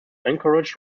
encouraged